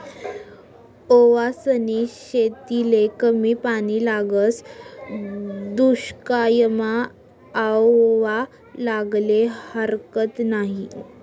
ओवासनी शेतीले कमी पानी लागस, दुश्कायमा आओवा लावाले हारकत नयी